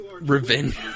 revenge